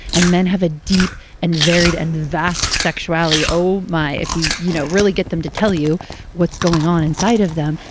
and men have a deep and varied and vast sexuality. oh my, if you you know really get them to tell you what's going on inside of them.